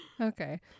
Okay